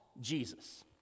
Jesus